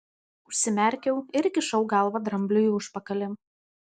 užsimerkiau ir įkišau galvą drambliui į užpakalį